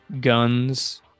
guns